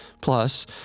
Plus